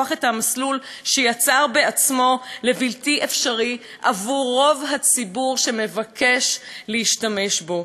הפך את המסלול שיצר בעצמו לבלתי אפשרי עבור רוב הציבור שמבקש להשתמש בו.